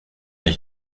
ich